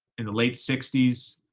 in the late sixty s,